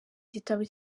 gitabo